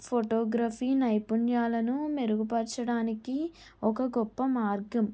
photography నైపుణ్యాలను మెరుగుపరచడానికి ఒక గొప్ప మార్గం